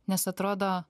nes atrodo